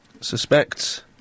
suspects